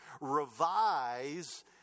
revise